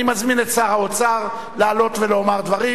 אני מזמין את שר האוצר לעלות ולומר דברים,